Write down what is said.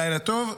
לילה טוב.